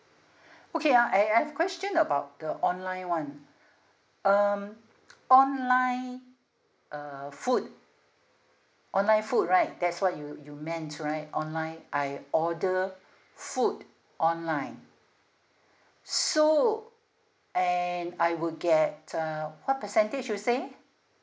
okay uh I I have question about the online one um online uh food online food right that's what you you meant right online I order food online so and I would get uh what percentage you say